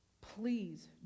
Please